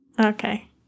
Okay